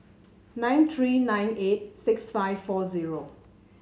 nine three nine eight six five four zero